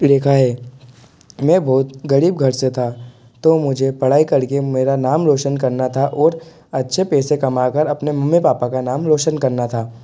रेखा है मैं बहुत गरीब घर से था तो मुझे पढ़ाई करके मेरा नाम रौशन करना था और अच्छे पैसे कमा कर अपने मम्मी पापा का नाम रौशन करना था